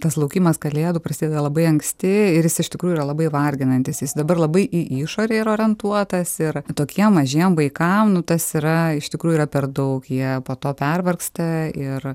tas laukimas kalėdų prasideda labai anksti ir jis iš tikrųjų yra labai varginantis jis dabar labai į į išorę yra orientuotas ir tokiem mažiem vaikam nu tas yra iš tikrųjų yra per daug jie po to pervargsta ir